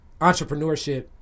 Entrepreneurship